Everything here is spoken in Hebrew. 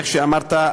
כמו שאמרת,